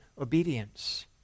obedience